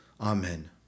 Amen